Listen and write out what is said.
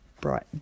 bright